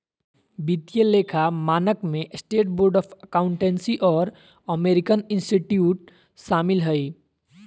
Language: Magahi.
वित्तीय लेखा मानक में स्टेट बोर्ड ऑफ अकाउंटेंसी और अमेरिकन इंस्टीट्यूट शामिल हइ